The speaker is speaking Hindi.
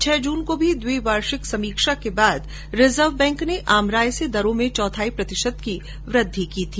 छह जून को भी द्विवार्षिक समीक्षा के दौरान रिजर्व बैंक ने आम राय से दरों में चौथाई प्रतिशत की वृद्धि की थी